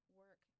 work